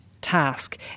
task